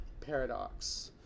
paradox